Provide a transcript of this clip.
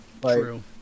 True